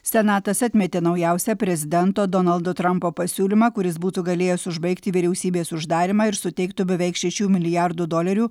senatas atmetė naujausią prezidento donaldo trampo pasiūlymą kuris būtų galėjęs užbaigti vyriausybės uždarymą ir suteiktų beveik šešių milijardų dolerių